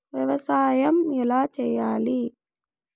వ్యవసాయం ఎలా చేయాలి?